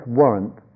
warrant